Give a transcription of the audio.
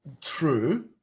true